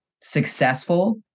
successful